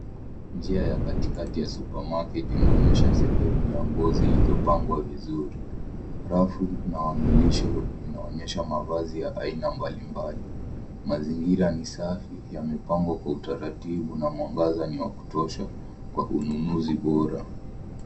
Njia ya katikati ya supermarket inaonyesha sehemu ya nguo zilizopangwa vizuri. Rafu na wamilishe unaonyesha mavazi ya aina mbalimbali. Mazingira ni safi, yamepambwa kwa utaratibu na mwangaza ni wa kutosha kwa ununuzi bora.